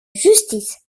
justice